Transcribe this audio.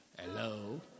hello